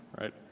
right